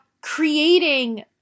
creating